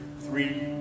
three